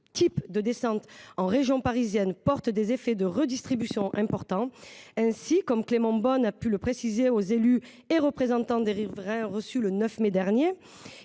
de ce type entraînerait des effets de redistribution importants. Ainsi, comme Clément Beaune a pu le préciser aux élus et représentants des riverains reçus le 9 mai dernier,